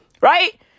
right